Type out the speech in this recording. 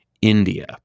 india